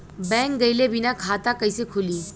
Bank गइले बिना खाता कईसे खुली?